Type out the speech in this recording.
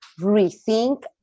rethink